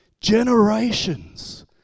Generations